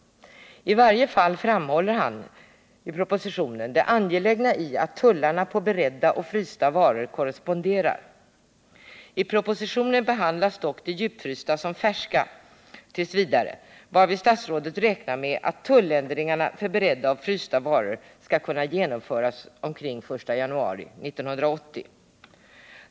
I varje fall framhåller han i propositionen det angelägna i att tullarna på beredda och frysta varor korresponderar. I propositionen behandlas dock de djupfrysta varorna som färska t.v., varvid statsrådet räknar med att tulländringarna för beredda och frysta varor skall kunna genomföras omkring den 1 januari 1980.